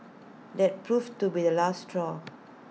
that proved to be the last straw